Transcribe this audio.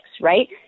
Right